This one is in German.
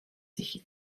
sich